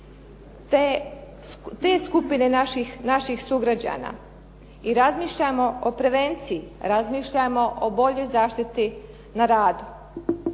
te skupine naših sugrađana i razmišljajmo o prevenciji, razmišljajmo o boljoj zaštiti na radu.